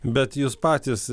bet jūs patys